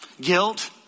guilt